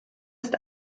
ist